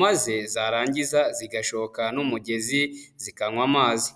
maze zarangiza zigashoka n'umugezi zikanywa amazi.